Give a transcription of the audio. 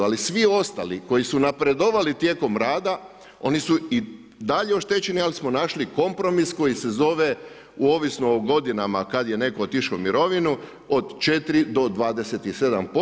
Ali svi ostali koji su napredovali tijekom rada oni su i dalje oštećeni ali smo našli kompromis koji se zove ovisno o godinama kada je netko otišao u mirovinu od 4 do 27%